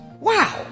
Wow